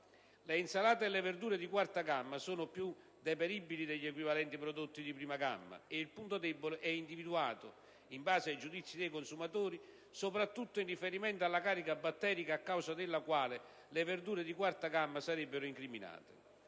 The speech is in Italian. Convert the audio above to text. Le insalate e le verdure di quarta gamma sono più deperibili degli equivalenti prodotti di prima gamma, e il punto debole è individuato, in base ai giudizi dei consumatori, soprattutto in riferimento alla carica batterica a causa della quale le verdure di quarta gamma sarebbero incriminate.